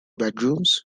bedrooms